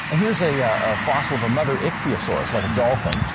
here's a a fossil of a mother ichthyosaur, it's like a dolphin,